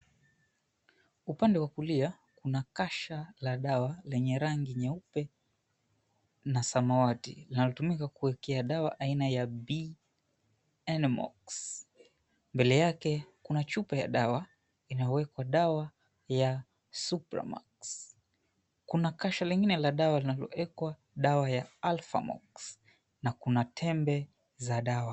Upande wa kulia kuna kasha la dawa lenye rangi nyeupe na samawati, inatumika kuwekea dawa aina ya B-N-mox. Mbele yake kuna chupa ya dawa inawekwa dawa ya SupraMox. Kuna kasha lingine la dawa ambayo imewekwa sawa ya AlfaMox na kuna tembe za dawa.